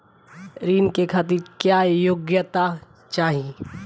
ऋण के खातिर क्या योग्यता चाहीं?